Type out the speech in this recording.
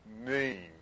name